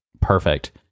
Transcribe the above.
Perfect